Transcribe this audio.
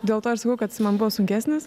dėl to aš sakau kad man buvo sunkesnis